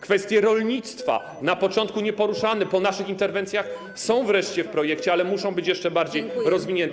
Kwestie rolnictwa, na początku nieporuszane, po naszych interwencjach są wreszcie w projekcie, ale muszą być jeszcze bardziej rozwinięte.